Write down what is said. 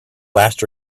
last